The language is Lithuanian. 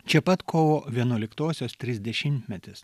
čia pat kovo vienuoliktosios trisdešimtmetis